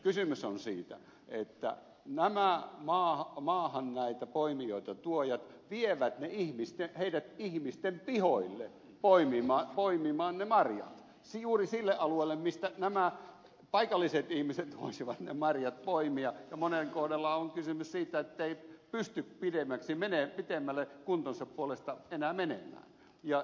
kysymys on siitä että maahan näitä poimijoita tuovat vievät heidät ihmisten pihoille poimimaan ne marjat juuri sille alueelle mistä nämä paikalliset ihmiset voisivat ne marjat poimia ja monen kohdalla on kysymys siitä ettei pysty pitemmälle kuntonsa puolesta enää menemään